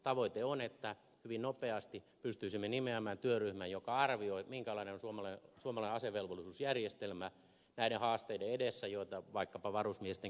tavoite on että hyvin nopeasti pystyisimme nimeämään työryhmän joka arvioi minkälainen on suomalainen asevelvollisuusjärjestelmä näiden haasteiden edessä joiden eteen vaikkapa varusmiesten keskeyttämiset ynnä muuta